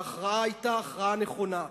וההכרעה היתה נכונה.